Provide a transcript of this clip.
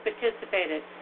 participated